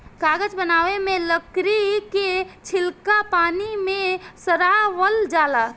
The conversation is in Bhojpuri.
कागज बनावे मे लकड़ी के छीलका पानी मे सड़ावल जाला